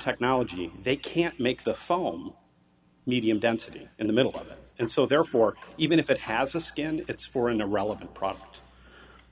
technology they can't make the foam medium density in the middle of it and so therefore even if it has a skin it's for an irrelevant product